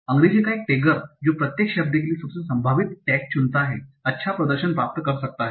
अंग्रेजी का एक टैगर जो प्रत्येक शब्द के लिए सबसे संभावित टैग चुनता है अच्छा प्रदर्शन प्राप्त कर सकता है